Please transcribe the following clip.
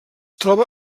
troba